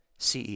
CE